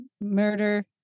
murder